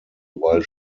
while